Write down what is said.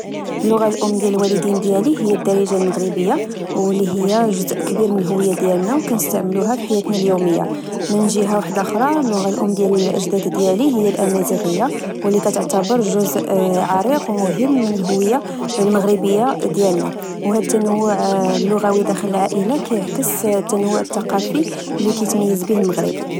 اللغة الأم ديال الوالدين ديالي هي الدارجة المغربية، و اللي هي جزء كبير من الهوية ديالنا وكنستعملوها في الحياة اليومية. من جهة وحدى خرى، اللغة الأم ديال أجدادي ديالي هي الأمازيغية، اللي كتعتبر جزء عريق ومهم من الهوية المغربية ديالنا. وهاد التنوع اللغوي داخل العائلة كيعكس التنوع الثقافي اللي كيتميز بيه المغرب،